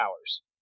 hours